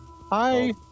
Hi